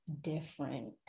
different